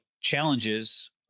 challenges